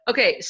Okay